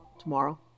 tomorrow